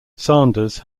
sanders